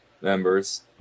members